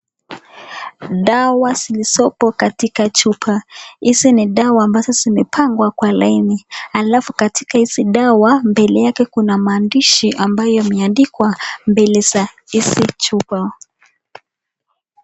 Dawa zilizopo katika chupa hizi ni dawa ambazo zimepandwa kwa laini alafu kwa katika hizi dawa mbele yake kuna maandishi ambaye imeandikwa mbele za hizi chupa.